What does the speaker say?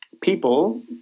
people